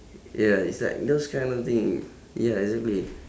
ya it's like those kind of thing yeah exactly